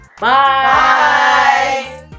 Bye